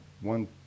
one